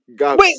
Wait